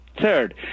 Third